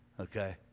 okay